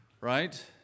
right